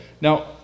Now